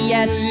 Yes